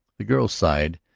the girl sighed,